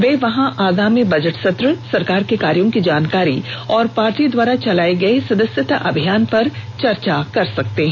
ये वहां आगामी बजट सत्र सरकार के कार्यों की जानकारी और पार्टी द्वारा चलाए गए सदस्यता अभियान पर चर्चा कर सकते हैं